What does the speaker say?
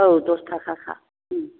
औ दस थाखा खा